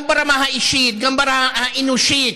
גם ברמה האישית, גם ברמה האנושית.